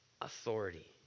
authority